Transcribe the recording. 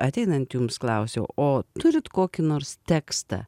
ateinant jums klausiau o turit kokį nors tekstą